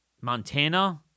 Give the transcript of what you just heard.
Montana